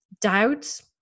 doubts